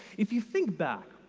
if you think back